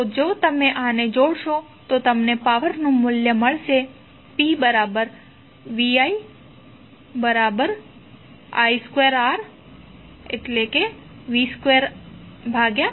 તો જો તમે આને જોડશો તો તમને પાવરનુ મુલ્ય pvii 2Rv 2R મળશે